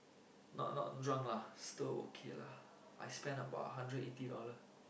not not drunk lah still okay lah I spend about hundred eighty dollar